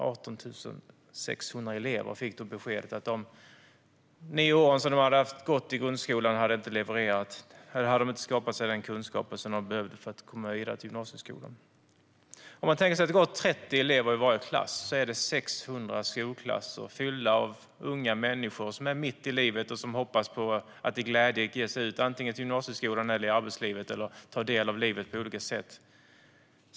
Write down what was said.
Efter de nio år som de hade gått i grundskolan fick de beskedet att de inte hade skaffat sig de kunskaper som de behövde för att komma vidare till gymnasieskolan. Om man tänker sig att det går 30 elever i varje klass är det 600 skolklasser fyllda av unga människor som är mitt i livet och som hoppas på att i glädje ge sig vidare, antingen till gymnasieskolan eller till arbetslivet, och ta del av livet på olika sätt.